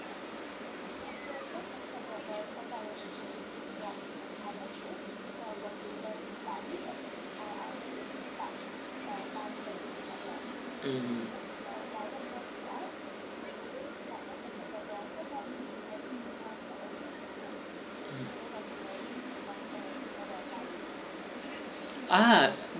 mm ah